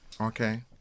Okay